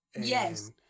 yes